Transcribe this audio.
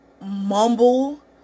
mumble